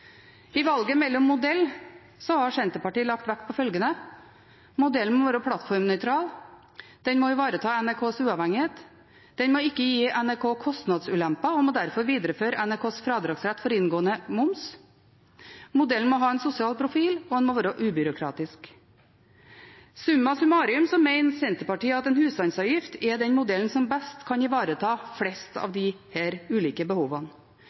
I valget mellom modeller har Senterpartiet lagt vekt på følgende: Modellen må være plattformnøytral, den må ivareta NRKs uavhengighet, den må ikke gi NRK kostnadsulemper og må derfor videreføre NRKs fradragsrett for inngående moms. Modellen må ha en sosial profil, og den må være ubyråkratisk. Summa summarum mener Senterpartiet at en husstandsavgift er den modellen som best kan ivareta flest av disse ulike behovene,